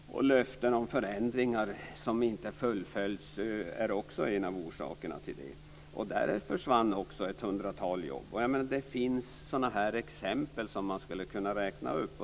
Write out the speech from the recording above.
Löften om förändringar som inte fullföljs är också en av orsakerna till det. Där försvann ett hundratal jobb. Det finns sådana exempel som man skulle kunna räkna upp.